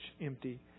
empty